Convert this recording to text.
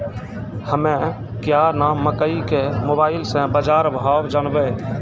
हमें क्या नाम मकई के मोबाइल से बाजार भाव जनवे?